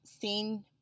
seen